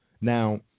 Now